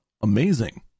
amazing